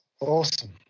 Awesome